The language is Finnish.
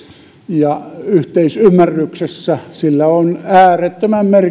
ja yhteisymmärryksessä sillä on äärettömän